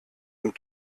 und